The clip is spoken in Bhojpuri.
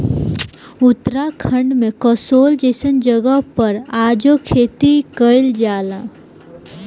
उत्तराखंड में कसोल जइसन जगह पर आजो खेती कइल जाला